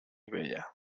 bella